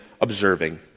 observing